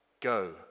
Go